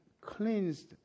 cleansed